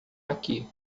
aqui